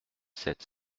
sept